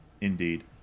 Indeed